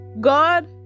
God